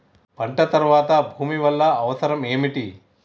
పంట తర్వాత భూమి వల్ల అవసరం ఏమిటి?